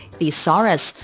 Thesaurus